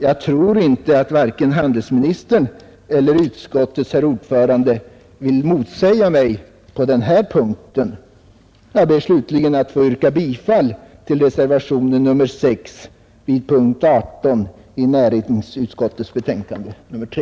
Jag tror inte att vare sig handelsministern eller utskottets herr ordförande vill motsäga mig på den punkten. Jag ber slutligen att få yrka bifall till reservationen 6 vid punkten 18 i näringsutskottets betänkande nr 3.